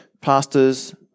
pastors